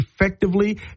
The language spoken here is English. effectively